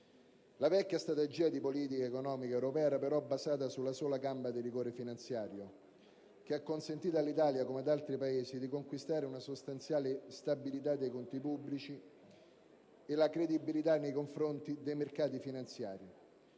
La vecchia Strategia di politica economica europea era però basata sulla sola gamba del rigore finanziario, che ha consentito all'Italia, come ad altri Paesi, di conquistare una sostanziale stabilità dei conti pubblici e la credibilità nei confronti dei mercati finanziari,